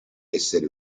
esseri